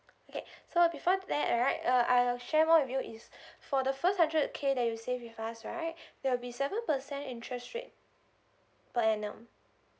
okay so before that alright uh I'll share more with you is for the first hundred K that you save with us right there will be seven percent interest rate per annum